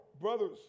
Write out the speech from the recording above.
brothers